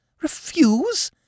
Refuse